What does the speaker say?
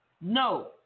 no